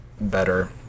better